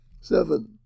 seven